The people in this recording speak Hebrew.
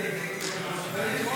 נתקבלו.